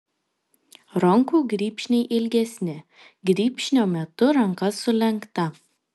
rankų grybšniai ilgesni grybšnio metu ranka sulenkta